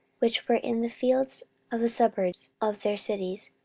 which were in the fields of the suburbs of their cities,